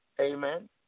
Amen